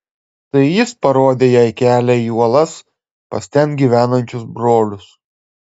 tai jis parodė jai kelią į uolas pas ten gyvenančius brolius